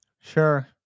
Sure